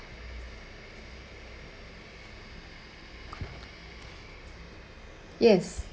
yes